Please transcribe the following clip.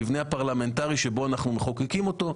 המבנה הפרלמנטרי שבו אנחנו מחוקקים אותו,